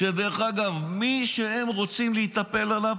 ומי שהם רוצים להתנפל עליו,